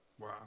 Wow